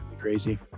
crazy